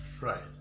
Right